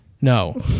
no